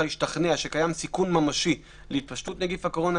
להשתכנע שקיים סיכון ממשי להתפשטות נגיף הקורונה,